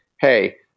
hey